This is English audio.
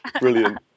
brilliant